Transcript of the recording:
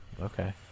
Okay